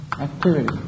activity